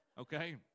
Okay